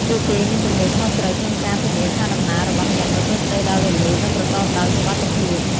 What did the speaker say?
ពួកគេមានទំនួលខុសត្រូវក្នុងការធានាថាដំណើររបស់អ្នកប្រព្រឹត្តទៅដោយរលូន និងប្រកបដោយសុវត្ថិភាព។